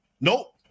nope